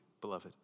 beloved